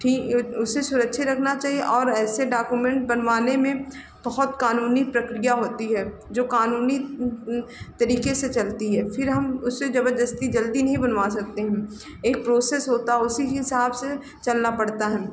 ठी उसे सुरक्षित रखना चाहिए और ऐसे डॉक्यूमेन्ट बनवाने में बहुत कानूनी प्रक्रिया होती है जो कानूनी तरीके से चलती है फिर हम उसे जबरदस्ती जल्दी नहीं बनवा सकते हैं एक प्रोसेस होता है उसी के हिसाब से चलना पड़ता है